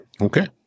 Okay